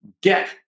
get